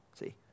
See